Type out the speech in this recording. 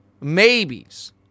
maybes